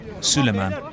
Suleiman